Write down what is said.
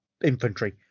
Infantry